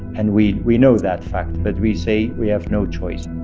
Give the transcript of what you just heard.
and we we know that fact, but we say we have no choice.